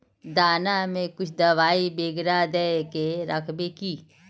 दाना में कुछ दबाई बेगरा दय के राखबे की?